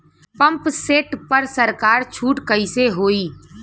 Pump set पर सरकार छूट कईसे होई?